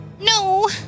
No